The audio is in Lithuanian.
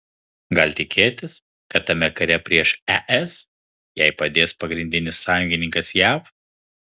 gal tikėtis kad tame kare prieš es jai padės pagrindinis sąjungininkas jav